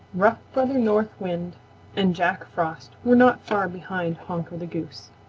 rough brother north wind and jack frost were not far behind honker the goose.